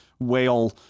Whale